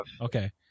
Okay